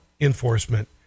enforcement